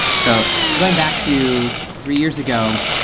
so going back to three years ago,